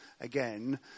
again